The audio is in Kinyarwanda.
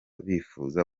bifuza